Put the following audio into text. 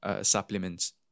supplements